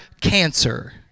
cancer